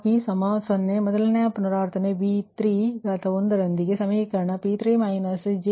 ಆದ್ದರಿಂದ ಮೊದಲ ಪುನರಾವರ್ತನೆಯ ನಂತರ V21 ವು ಸ್ಥಿರ PV ಬಸ್ ಕೋನ ಮೈನಸ್ 1